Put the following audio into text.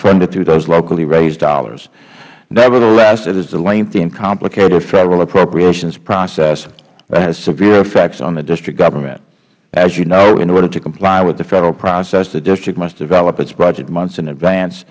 funded through those locally raised dollars nevertheless it is the lengthy and complicated federal appropriations process that has severe effects on the district government as you know in order to comply with the federal process the district must develop its budget months in advance